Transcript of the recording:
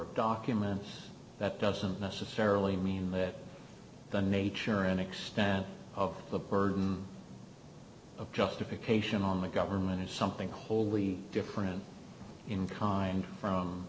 of documents that doesn't necessarily mean that the nature and extent of the burden of justification on the government is something wholly different in kind from